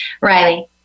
Riley